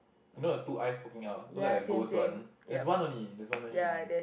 you know the two eyes popping out you know like a ghost one there's one only there's one only from me